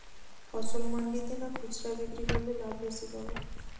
ফসল মন্ডিতে না খুচরা বিক্রি করলে লাভ বেশি পাব?